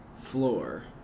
floor